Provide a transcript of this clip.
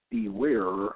Beware